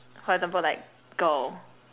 for example like girl